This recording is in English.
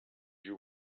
you